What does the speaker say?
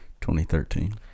2013